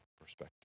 perspective